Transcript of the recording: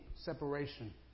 separation